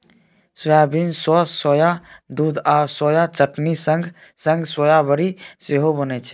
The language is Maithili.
सोयाबीन सँ सोया दुध आ सोया चटनी संग संग सोया बरी सेहो बनै छै